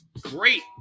Great